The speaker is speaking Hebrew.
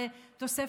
ובעיקר,